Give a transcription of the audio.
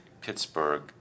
Pittsburgh